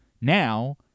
Now